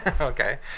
Okay